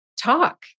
talk